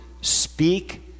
speak